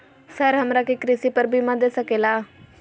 Sir हमरा के कृषि पर बीमा दे सके ला?